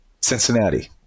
Cincinnati